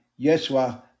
Yeshua